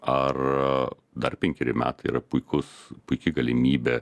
ar dar penkeri metai yra puikus puiki galimybė